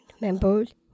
members